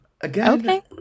again